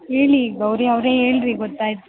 ಹೇಳಿ ಗೌರಿ ಅವರೆ ಹೇಳ್ಡ್ರಿ ಗೋತ್ತಾಯಿತು